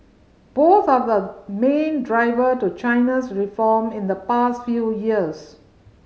both are the main driver to China's reform in the past few years